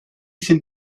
sind